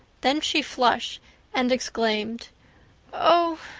then she flushed and exclaimed oh,